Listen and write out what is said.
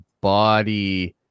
body